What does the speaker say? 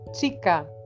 Chica